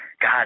God